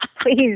please